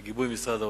בגיבוי משרד האוצר.